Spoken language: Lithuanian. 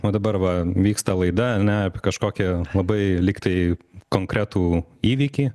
va dabar va vyksta laida ane apie kažkokį labai lyg tai konkretų įvykį